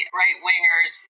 right-wingers